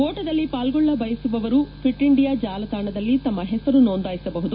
ಓಟದಲ್ಲಿ ಪಾಲ್ಗೊಳ್ಳಬಯಸುವವರು fit India ಜಾಲತಾಣದಲ್ಲಿ ತಮ್ಮ ಹೆಸರು ನೋಂದಾಯಿಸಬಹುದು